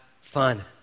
fun